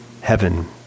heaven